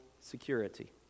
security